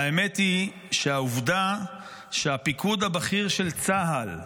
והאמת היא שהעובדה שהפיקוד הבכיר של צה"ל,